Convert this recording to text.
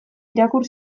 irakur